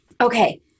Okay